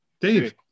Dave